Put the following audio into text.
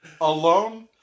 alone